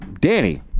Danny